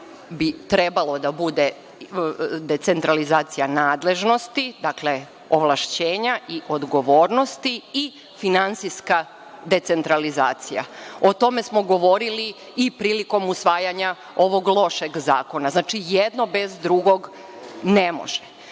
bi trebalo da bude decentralizacija nadležnosti, dakle ovlašćenja i odgovornosti i finansijska decentralizacija. O tome smo govorili i prilikom usvajanja ovog lošeg zakona. Znači, jedno bez drugog ne može. Nadam